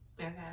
Okay